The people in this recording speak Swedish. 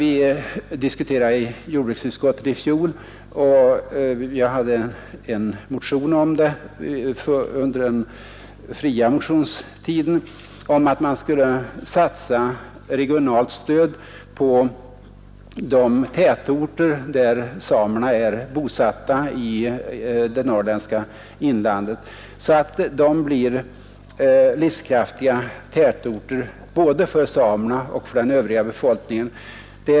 Vi diskuterade i fjol i jordbruksutskottet — jag hade väckt en motion om detta under den fria motionstiden — att man skulle satsa regionalt stöd till sådana tätorter i det norrländska inlandet där samer är bosatta så att dessa tätorter blir livskraftiga både för samerna och för den övriga befolkningen.